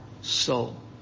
soul